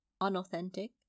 unauthentic